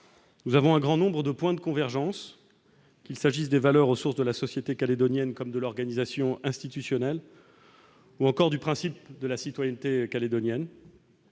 nous avons un grand nombre de points de convergences, qu'il s'agisse des valeurs aux sources de la société calédonienne comme de l'organisation institutionnelle ou encore du principe de la citoyenneté calédonienne,